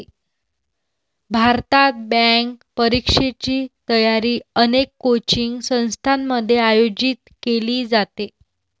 भारतात, बँक परीक्षेची तयारी अनेक कोचिंग संस्थांमध्ये आयोजित केली जाते